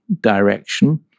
direction